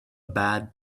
bad